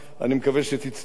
אני מקווה שתצטרף לשביעייה.